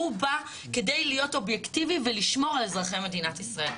הוא בא כדי להיות אובייקטיבי ולשמור על אזרחי מדינת ישראל.